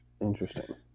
Interesting